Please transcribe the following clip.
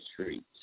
streets